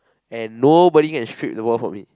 and nobody can strip the ball from me